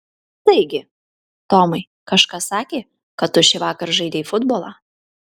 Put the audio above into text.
taigi tomai kažkas sakė kad tu šįvakar žaidei futbolą